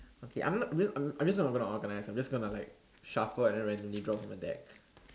okay I'm not re~ I'm not just gonna organise I'm just gonna like shuffle and then randomly draw from a deck